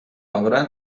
obra